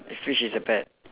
as fish is a pet